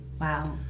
Wow